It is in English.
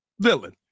villain